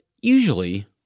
usually